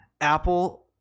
apple